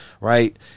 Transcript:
Right